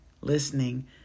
listening